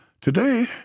Today